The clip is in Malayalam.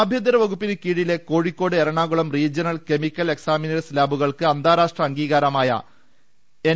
ആഭ്യന്തര വകുപ്പിന് കീഴിലെ Kozhikode Ernakulam regional chemical examiners ലാബുകൾക്ക് അന്താരാഷ്ട്ര അംഗീകാരമായ എൻ